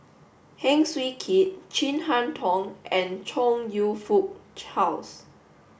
Heng Swee Keat Chin Harn Tong and Chong You Fook Charles